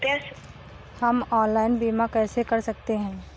हम ऑनलाइन बीमा कैसे कर सकते हैं?